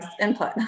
input